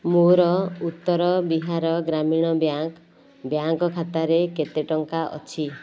ମୋର Uttar Bihar Gramin bank bank ଖାତାରେ କେତେ ଟଙ୍କା ଅଛି